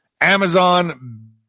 Amazon